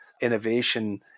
innovation